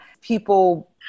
People